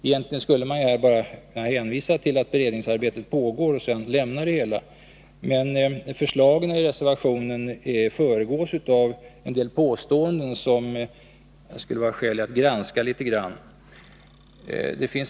Egentligen skulle man här bara kunna hänvisa till att beredningsarbetet pågår och sedan lämna det hela, men förslagen i reservationen föregås av en del påståenden som det kan vara skäl att granska litet grand.